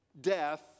Death